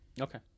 okay